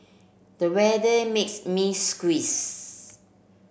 the weather makes me